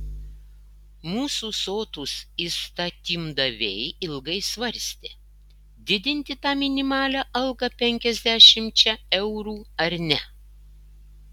mūsų sotūs įstatymdaviai ilgai svarstė didinti tą minimalią algą penkiasdešimčia eurų ar ne